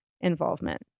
involvement